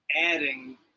adding